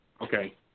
Okay